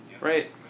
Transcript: right